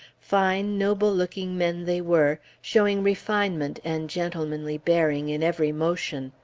fine, noble-looking men they were, showing refinement and gentlemanly bearing in every motion.